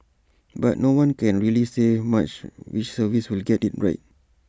but no one can really say much which service will get IT right